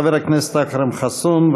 חבר הכנסת אכרם חסון,